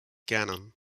gannon